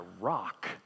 rock